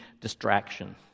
distraction